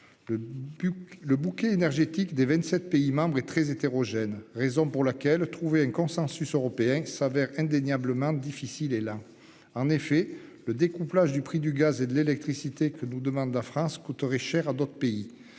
le bouquet énergétique des 27 pays membres est très hétérogène. Raison pour laquelle à trouver un consensus européen s'avère indéniablement difficile et là en effet le découplage du prix du gaz et de l'électricité que nous demande la France coûterait cher à d'autres pays,